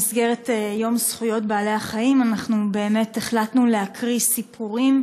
במסגרת יום זכויות בעלי-החיים אנחנו החלטנו להקריא סיפורים